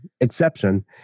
exception